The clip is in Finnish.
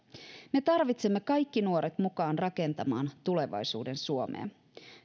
me tarvitsemme kaikki nuoret mukaan rakentamaan tulevaisuuden suomea